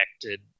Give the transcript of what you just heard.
affected